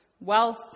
Wealth